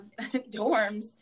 dorms